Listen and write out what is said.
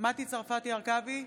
מטי צרפתי הרכבי,